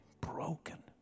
Broken